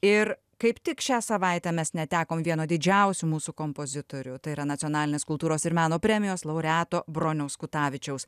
ir kaip tik šią savaitę mes netekom vieno didžiausių mūsų kompozitorių tai yra nacionalinės kultūros ir meno premijos laureato broniaus kutavičiaus